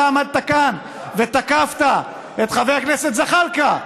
אתה עמדת כאן ותקפת את חבר הכנסת זחאלקה.